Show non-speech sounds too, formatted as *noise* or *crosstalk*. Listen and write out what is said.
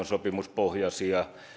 *unintelligible* sopimuspohjaisia